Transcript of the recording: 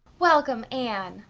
welcome, anne.